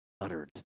uttered